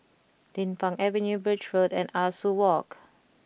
Din Pang Avenue Birch Road and Ah Soo Walk